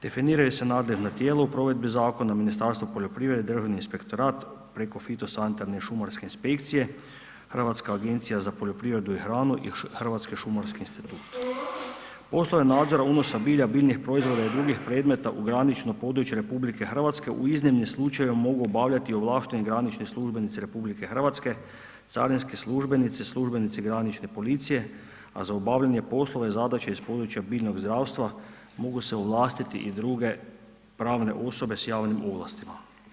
Definiraju se nadležna tijela u provedbi zakona, Ministarstvo poljoprivrede, Državni inspektorat preko Fitosanitarne šumarske inspekcije, Hrvatska agencija za poljoprivredu i hranu i Hrvatski šumarski institut Poslove nadzora unosa bilja, biljnih proizvoda i drugih predmeta u granično područje RH u iznimnim slučajevima mogu obavljati ovlašteni granični službenici RH, carinski službenici, službenici Granične policije, a za obavljanje poslova i zadaća iz područja biljnog zdravstva mogu se ovlastiti i druge pravne osobe s javnim ovlastima.